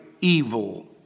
evil